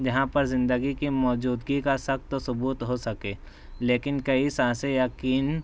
جہاں پر زندگی کی موجودگی کا سخت ثبوت ہو سکے لیکن کئی سانسیں یقین